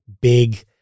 big